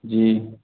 जी